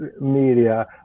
media